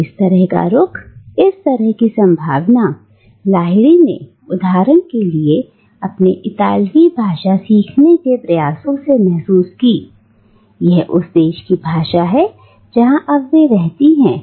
और इस तरह का रुख इस तरह की संभावना लाहिरी ने उदाहरण के लिए अपने इतालवी भाषा सीखने के प्रयासों से महसूस किया यह उस देश की भाषा है जहां वे अब रहती हैं